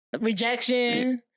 rejection